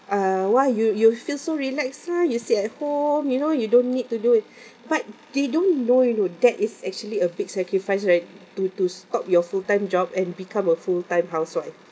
uh why you you feel so relax ah you sit at home you know you don't need to do it but they don't know you know that is actually a big sacrifice right to to stop your full time job and become a full time housewife